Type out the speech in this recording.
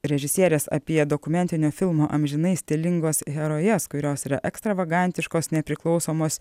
režisierės apie dokumentinio filmo amžinai stilingos herojes kurios yra ekstravagantiškos nepriklausomos